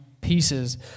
pieces